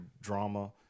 drama